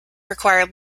require